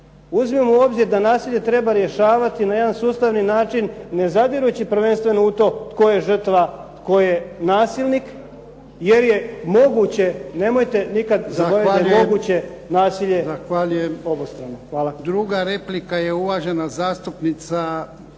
Uzmimo u obzir da nasilje treba rješavati na jedan sustavni način ne zadirući prvenstveno u to tko je žrtva, tko je nasilnik jer je moguće. Nemojte nikad zaboraviti da je moguće nasilje obostrano. Hvala. **Jarnjak, Ivan (HDZ)**